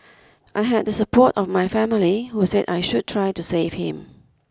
I had the support of my family who said I should try to save him